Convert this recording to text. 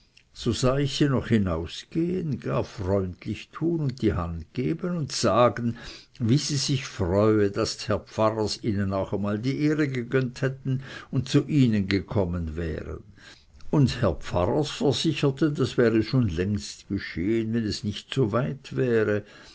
so sah ich sie noch hinausgehen gar freundlich tun und die hand geben und sagen wie sie sich freue daß ds herr pfarrers ihnen auch einmal die ehre gegönnt hätten und zu ihnen gekommen wären und des herr pfarrers versicherten das wäre schon längst geschehen wenn es nicht so weit wäre